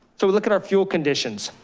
so we look at our fuel conditions.